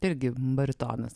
irgi baritonas